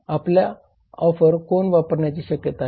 आपला ऑफर कोण वापरण्याची शक्यता आहे